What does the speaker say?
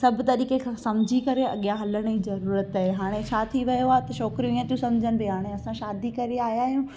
सभु तरीक़े खां समुझी करे अॻियां हलण जी ज़रूरत आहे हाणे छा थी वियो आहे त छोकिरियूं हीअं थियूं समुझनि की हाणे असां शादी करे आहियां आहियूं